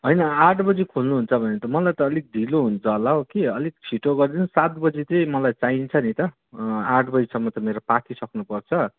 होइन आठ बजी खोल्नु हुन्छ भने त मलाई त अलिक ढिलो हुन्छ होला हौ कि अलिक छिटो गरिदिनुहोस् न सात बजी चाहिँ मलाई चाहिन्छ नि त आठ बजीसम्म त मेरो पाकिसक्नु पर्छ